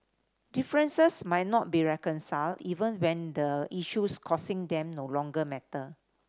differences might not be reconciled even when the issues causing them no longer matter